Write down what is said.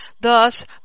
Thus